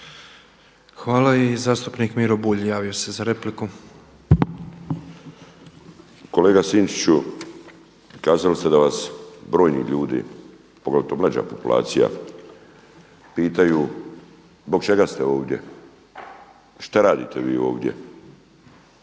Hvala. I zastupnik Miro Bulj javio se za repliku. **Bulj, Miro (MOST)** Kolega Sinčiću, kazali ste da vas brojni ljudi, pogotovo mlađa populacija pitaju zbog čega ste ovdje, što radite vi ovdje.